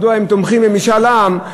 מדוע הם תומכים במשאל העם: